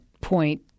Point